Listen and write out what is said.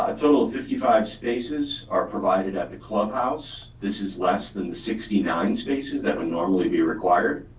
ah total of fifty five spaces are provided at the clubhouse. this is less than the sixty nine spaces that would normally be required.